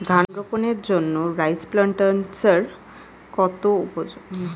ধান রোপণের জন্য রাইস ট্রান্সপ্লান্টারস্ কতটা উপযোগী?